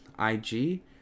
IG